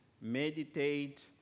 meditate